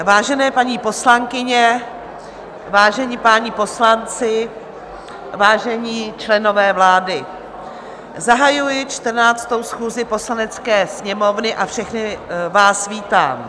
Vážené paní poslankyně, vážení páni poslanci, vážení členové vlády, zahajuji 14. schůzi Poslanecké sněmovny a všechny vás vítám.